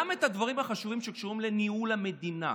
גם את הדברים החשובים שקשורים לניהול המדינה,